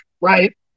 right